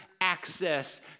access